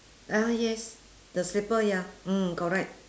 ah yes the slipper ya mm correct